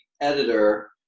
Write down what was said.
editor